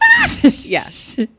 Yes